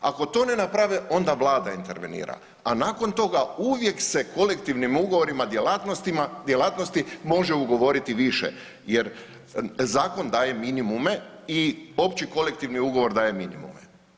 Ako to ne naprave onda Vlada intervenira, a nakon toga uvijek se kolektivnim ugovorima djelatnostima, djelatnosti može ugovoriti više jer zakon daje minimume i opći kolektivni ugovor daje minimume.